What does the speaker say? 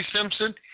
Simpson